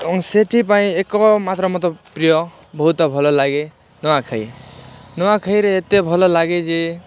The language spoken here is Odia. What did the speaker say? ଏବଂ ସେଥିପାଇଁ ଏକମାତ୍ର ମୋତେ ପ୍ରିୟ ବହୁତ ଭଲ ଲାଗେ ନୂଆଖାଇ ନୂଆଖାଇରେ ଏତେ ଭଲଲାଗେ ଯେ